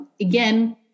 again